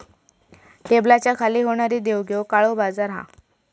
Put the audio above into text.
टेबलाच्या खाली होणारी देवघेव काळो बाजार हा